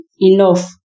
Enough